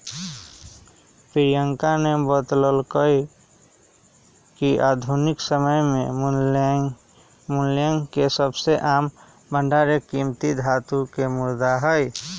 प्रियंकवा ने बतल्ल कय कि आधुनिक समय में मूल्य के सबसे आम भंडार एक कीमती धातु के मुद्रा हई